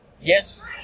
yes